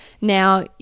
Now